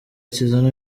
kizana